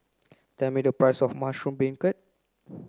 tell me the price of mushroom beancurd